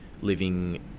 living